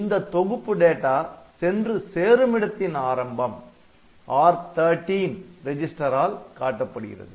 இந்தத் தொகுப்பு டேட்டா சென்று சேருமிடத்தின் ஆரம்பம் R13 ரெஜிஸ்டரால் காட்டப்படுகிறது